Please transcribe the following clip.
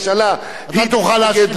אבל מה שלא יהיה,